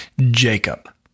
Jacob